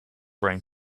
brain